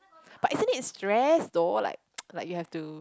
but isn't it stress though like like you have to